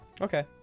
Okay